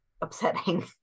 upsetting